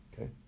Okay